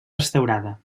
restaurada